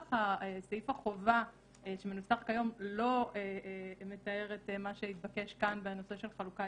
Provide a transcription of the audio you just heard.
נוסח סעיף החובה שמנוסח כיום לא מתאר את מה שהתבקש כאן בנושא של חלוקה.